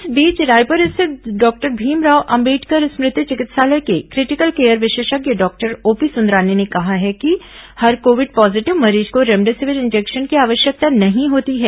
इस बीच रायपुर स्थित डॉक्टर भीमराव अंबेडकर स्मृति चिकित्सालय के क्रिटिकल केयर विशेषज्ञ डॉक्टर ओपी सुंदरानी ने कहा है कि हर कोविड पॉजीटिव मरीज को रेमडेसिविर इंजेक्शन की आवश्यकता नहीं होती है